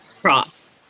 cross